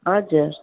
हजुर